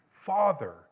father